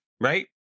right